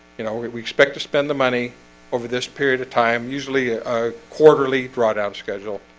you know, we we expect to spend the money over this period of time usually a quarterly brought out scheduled